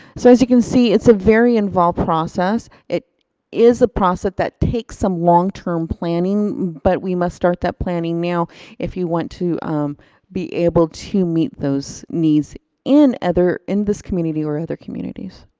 so as you can see it's a very involved process. it is a process that takes some long term planning, but we must start that planning now if you want to be able to meet those needs in other, in this community or other communities.